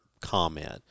comment